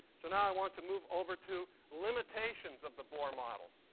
so now i want to move over to limitations of the bohr model.